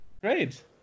Great